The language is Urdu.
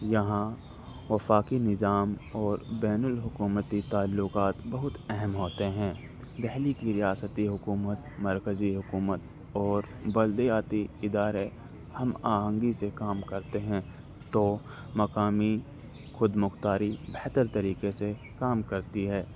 یہاں وفاقی نظام اور بین الحکومتی تعلقات بہت اہم ہوتے ہیں دہلی کی ریاستی حکومت مرکزی حکومت اور بدلتی ادارے ہم آہنگی سے کام کرتے ہیں تو مقامی خود مختاری بہتر طریقے سے کام کرتی ہے